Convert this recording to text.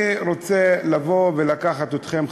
אני רוצה לבוא ולקחת אתכם,